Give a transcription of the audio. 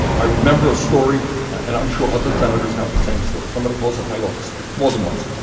i remember a story and i'm sure other senators have the same story. somebody calls up my office more than once.